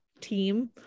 team